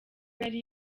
yari